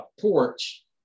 porch